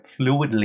fluidly